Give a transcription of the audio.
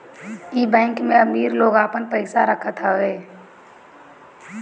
इ बैंक में अमीर लोग आपन पईसा रखत हवे